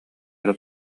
эрэ